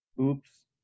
oops